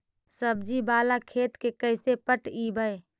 सब्जी बाला खेत के कैसे पटइबै?